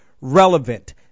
relevant